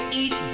eat